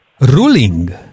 ruling